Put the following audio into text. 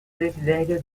desiderio